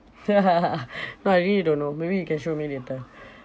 no I really don't know maybe you can show me later